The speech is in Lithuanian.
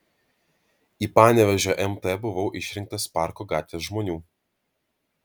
į panevėžio mt buvau išrinktas parko gatvės žmonių